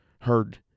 heard